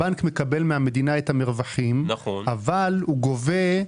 הבנק מקבל מן המדינה את המרווחים אבל הוא גובה,